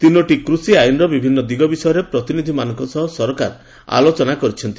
ତିନୋଟି କୃଷି ଆଇନ୍ର ବିଭିନ୍ନ ଦିଗ ବିଷୟରେ ପ୍ରତିନିଧିମାନଙ୍କ ସହ ସରକାର ଆଲୋଚନା କରିଛନ୍ତି